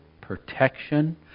protection